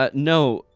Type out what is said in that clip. ah no.